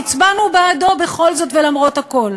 והצבענו בעדו בכל זאת ולמרות הכול.